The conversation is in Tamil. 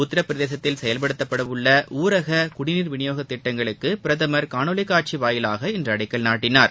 உத்தரப்பிரதேசத்தில் செயல்படுத்தப்படவுள்ள ஊரக குடிநீர் விநியோக திட்டங்களுக்கு பிரதமர் காணொலி காட்சி வாயிலாக இன்று அடிக்கல் நாட்டினார்